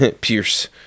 Pierce